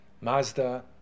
Mazda